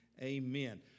Amen